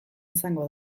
izango